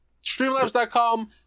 Streamlabs.com